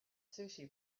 sushi